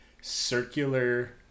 circular